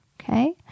Okay